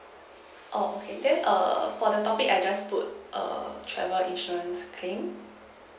oh okay then err for the topic I just put err travel insurance claim